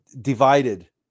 divided